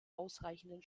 ausreichenden